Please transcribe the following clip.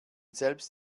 selbst